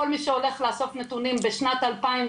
כל מי שהולך לאסוף נתונים בשנת 2023,